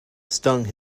stung